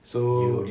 so